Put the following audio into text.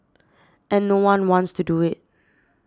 and no one wants to do it